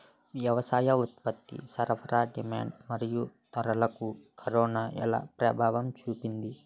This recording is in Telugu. వ్యవసాయ ఉత్పత్తి సరఫరా డిమాండ్ మరియు ధరలకు కరోనా ఎలా ప్రభావం చూపింది